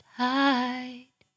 hide